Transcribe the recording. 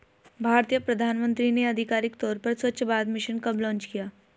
भारतीय प्रधानमंत्री ने आधिकारिक तौर पर स्वच्छ भारत मिशन कब लॉन्च किया?